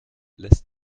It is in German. lässt